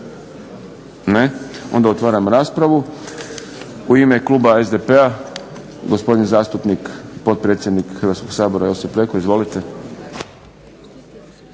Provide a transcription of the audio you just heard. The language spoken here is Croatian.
Ne. Onda otvaram raspravu. U ime Kluba SDP-a gospodin zastupnik potpredsjednik Hrvatskog sabora gospodin Josip Leko. Izvolite.